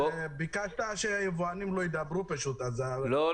אתה ביקשת שיבואנים לא ידברו פשוט --- לא,